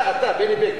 אתה אתה, בני בגין.